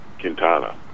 Quintana